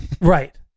Right